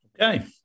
Okay